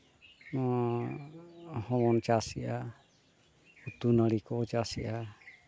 ᱦᱮᱸ ᱦᱚᱵᱚᱱ ᱪᱟᱥ ᱜᱮᱭᱟ ᱩᱛᱩ ᱱᱟᱹᱲᱤ ᱠᱚ ᱪᱟᱥ ᱮᱫᱼᱟ